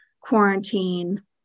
quarantine